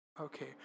Okay